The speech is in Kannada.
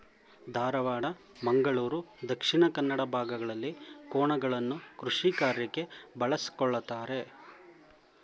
ಧಾರವಾಡ, ಮಂಗಳೂರು ದಕ್ಷಿಣ ಕನ್ನಡ ಭಾಗಗಳಲ್ಲಿ ಕೋಣಗಳನ್ನು ಕೃಷಿಕಾರ್ಯಕ್ಕೆ ಬಳಸ್ಕೊಳತರೆ